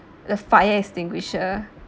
the fire extinguisher